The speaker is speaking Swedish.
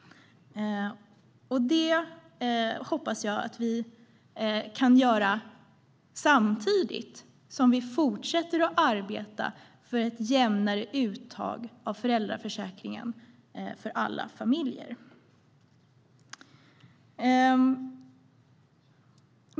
Det hoppas jag att vi kan göra samtidigt som vi fortsätter att arbeta för ett jämnare uttag av föräldraförsäkringen för alla familjer.